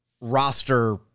roster